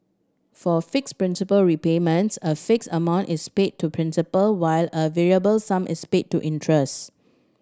for fixed principal repayments a fixed amount is paid to principal while a variable sum is paid to interest